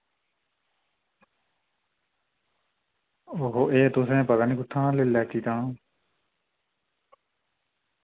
ओहो एह् तुसैं पता नी कुत्थां दा लेई लैती तां